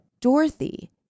Dorothy